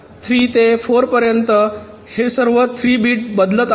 3 ते 4 पर्यंत हे सर्व 3 बिट बदलत आहेत